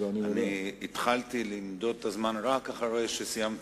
אני התחלתי למדוד את הזמן רק אחרי שסיימת